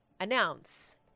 announce